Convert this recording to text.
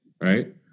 Right